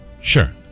sure